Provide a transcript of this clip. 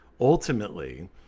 ultimately